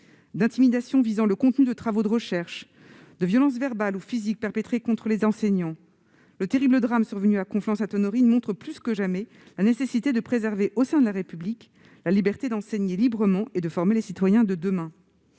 d'intimidations visant le contenu de travaux de recherche, de violences verbales ou physiques perpétrées contre des enseignants. Le terrible drame survenu à Conflans-Sainte-Honorine montre plus que jamais la nécessité de préserver, au sein de la République, la liberté d'enseigner librement et de former les citoyens de demain.